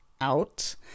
out